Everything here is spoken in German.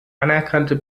anerkannte